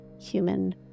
human